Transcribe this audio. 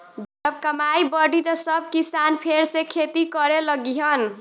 जब कमाई बढ़ी त सब किसान फेर से खेती करे लगिहन